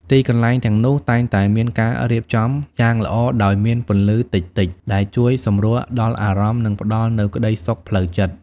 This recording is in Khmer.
ទីកន្លែងទាំងនោះតែងតែមានការរៀបចំយ៉ាងល្អដោយមានពន្លឺតិចៗ ដែលជួយសម្រួលដល់អារម្មណ៍ និងផ្តល់នូវក្ដីសុខផ្លូវចិត្ត។